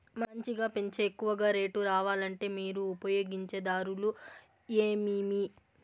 మంచిగా పెంచే ఎక్కువగా రేటు రావాలంటే మీరు ఉపయోగించే దారులు ఎమిమీ?